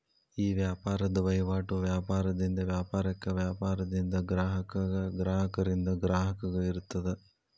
ಈ ವ್ಯಾಪಾರದ್ ವಹಿವಾಟು ವ್ಯಾಪಾರದಿಂದ ವ್ಯಾಪಾರಕ್ಕ, ವ್ಯಾಪಾರದಿಂದ ಗ್ರಾಹಕಗ, ಗ್ರಾಹಕರಿಂದ ಗ್ರಾಹಕಗ ಇರ್ತದ